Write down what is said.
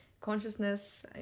consciousness